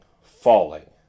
falling